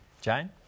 Jane